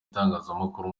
itangazamakuru